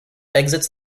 exits